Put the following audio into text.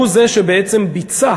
והוא שבעצם ביצע